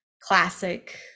classic